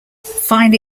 fine